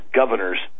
governors